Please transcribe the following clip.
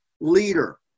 leader